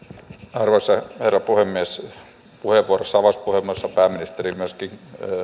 arvoisa herra puhemies avauspuheenvuorossa pääministeri myöskin